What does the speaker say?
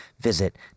visit